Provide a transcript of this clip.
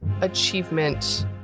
achievement